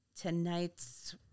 tonight's